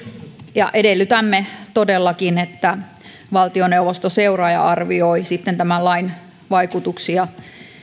ja edellytämme todellakin että valtioneuvosto seuraa ja arvioi sitten tämän lain vaikutuksia